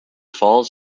falls